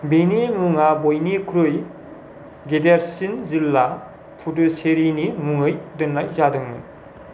बेनि मुङा बयनिख्रुइ गेदेरसिन जिल्ला पुडुचेरीनि मुङै दोननाय जादोंमोन